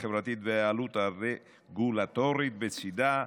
החברתית לעלות הרגולטורית שבצידה.